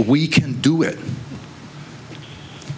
we can do it